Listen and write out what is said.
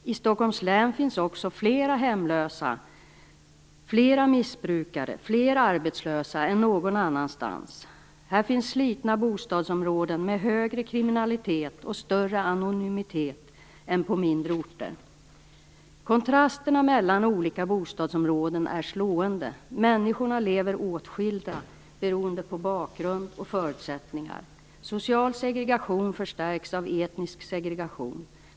I Stockholms län finns också fler hemlösa, fler missbrukare, fler arbetslösa än någon annanstans. Här finns slitna bostadsområden med högre kriminalitet och större anonymitet än på mindre orter. Kontrasterna mellan olika bostadsområden är slående. Människorna lever åtskilda, beroende på bakgrund och förutsättningar. Social segregation förstärks av etnisk segregation.